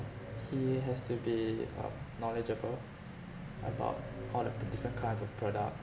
he has to be um knowledgeable about all the different kinds of products